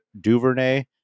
Duvernay